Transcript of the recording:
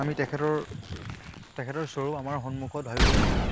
আমি তেখেতৰ তেখেতৰ স্বৰূপ আমাৰ সন্মুখত ভাবিব পাৰোঁ